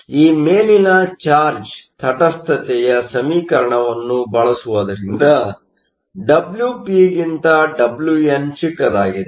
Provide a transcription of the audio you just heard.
ಆದ್ದರಿಂದ ಈ ಮೇಲಿನ ಚಾರ್ಜ್ ತಟಸ್ಥತೆಯ ಸಮೀಕರಣವನ್ನು ಬಳಸುವುದರಿಂದ Wp ಗಿಂತ Wn ಚಿಕ್ಕದಾಗಿದೆ